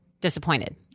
disappointed